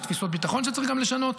יש גם תפיסות ביטחון שצריך לשנות